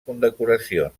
condecoracions